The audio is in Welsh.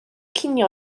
cinio